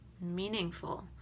meaningful